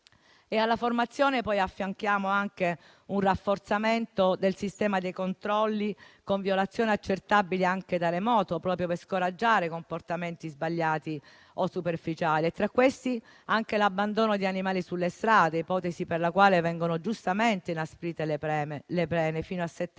Alla formazione, poi, affianchiamo anche un rafforzamento del sistema dei controlli con violazioni accertabili anche da remoto, proprio per scoraggiare comportamenti sbagliati o superficiali; tra questi, anche l'abbandono di animali sulle strade. Per tale ipotesi vengono giustamente inasprite le pene fino a sette anni